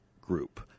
Group